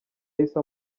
yahise